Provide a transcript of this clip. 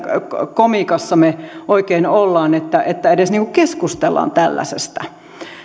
komiikassa me oikein olemme että edes keskustellaan tällaisesta